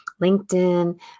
linkedin